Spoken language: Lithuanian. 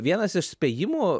vienas iš spėjimų